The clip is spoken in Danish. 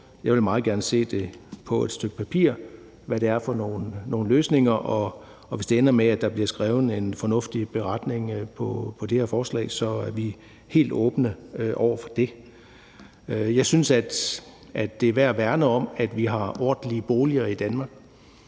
Jeg vil meget gerne se på et stykke papir, hvad det er for nogle løsninger, og hvis det ender med, at der bliver skrevet en fornuftig beretning på det her forslag, så er vi helt åbne over for det. Jeg synes, at det er værd at værne om, at vi har ordentlige boliger i Danmark.